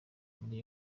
muri